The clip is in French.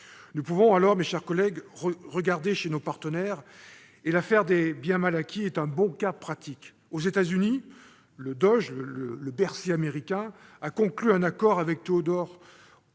Nous pouvons alors, mes chers collègues, regarder chez nos partenaires. L'affaire des biens mal acquis est un bon cas pratique : aux États-Unis, le, ou DoJ, a conclu un accord avec Teodorin Obiang